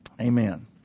Amen